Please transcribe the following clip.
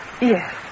Yes